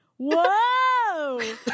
Whoa